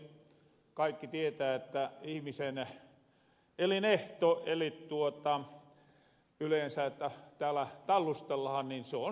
kaikki tietää että ihmisen elinehto eli yleensä että täällä tallustellahan on syöminen